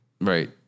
right